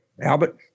Albert